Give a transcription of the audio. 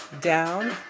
down